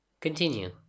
Continue